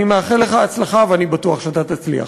אני מאחל לך הצלחה, ואני בטוח שאתה תצליח.